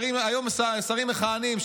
היום הם שרים מכהנים,